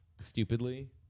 Stupidly